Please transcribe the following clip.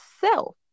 self